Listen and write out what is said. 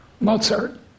Mozart